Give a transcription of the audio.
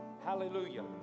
hallelujah